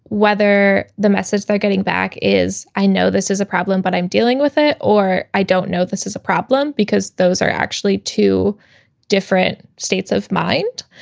whether the message they're getting back is, i know this is a problem, but i'm dealing with it or i don't know if this is a problem because those are actually two different states of mind.